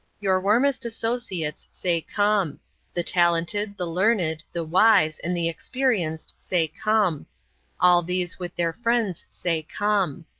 your warmest associates say come the talented, the learned, the wise, and the experienced say come all these with their friends say, come.